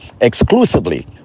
Exclusively